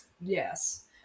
yes